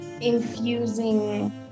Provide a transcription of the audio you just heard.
infusing